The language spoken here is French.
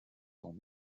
sont